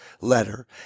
letter